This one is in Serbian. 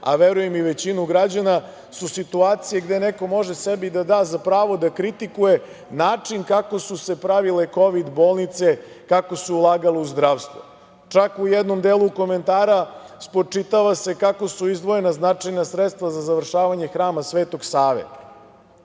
a verujem i većinu građana su situacije gde neko može sebi da da za pravo da kritikuje način kako su se pravile kovid bolnice, kako se ulagalo u zdravstvo. Čak u jednom delu komentara spočitava se kako su izdvojena značajna sredstva za završavanje Hrama Svetog Save.